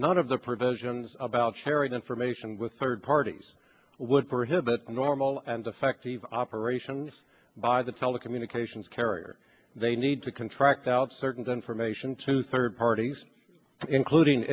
none of the provisions about sharing information with third parties would prohibit a normal and effective operation by the telecommunications carrier they need to contract out certain information to third parties including